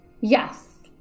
yes